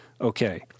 Okay